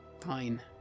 Fine